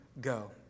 go